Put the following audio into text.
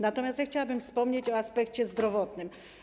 Natomiast chciałabym wspomnieć o aspekcie zdrowotnym.